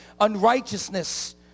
Unrighteousness